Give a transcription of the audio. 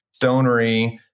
stonery